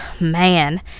Man